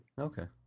Okay